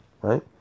right